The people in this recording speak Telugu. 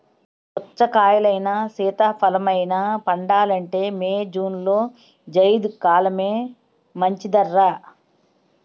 పుచ్చకాయలైనా, సీతాఫలమైనా పండాలంటే మే, జూన్లో జైద్ కాలమే మంచిదర్రా